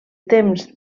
temps